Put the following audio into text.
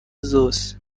zoze